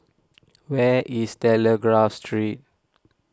where is Telegraph Street